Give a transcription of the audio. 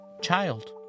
child